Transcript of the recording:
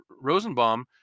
Rosenbaum